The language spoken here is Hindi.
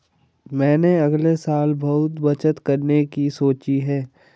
मैंने अगले साल बहुत बचत करने की सोची है